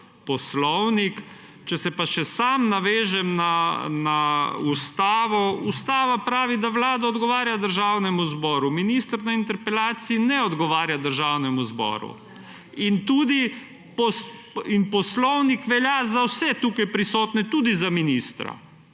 poslovnik. Če se pa še sam navežem na Ustavo. Ustava pravi, da vlada odgovarja Državnemu zboru. Minister na interpelaciji ne odgovarja Državnemu zboru. Poslovnik velja za vse tukaj prisotne, tudi za ministra.